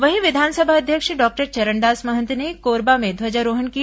वहीं विधानसभा अध्यक्ष डॉक्टर चरणदास महंत ने कोरबा में ध्वजारोहण किया